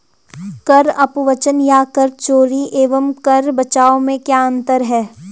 कर अपवंचन या कर चोरी एवं कर बचाव में क्या अंतर है?